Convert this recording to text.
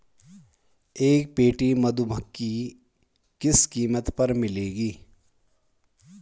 एक पेटी मधुमक्खी किस कीमत पर मिलेगी?